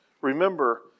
Remember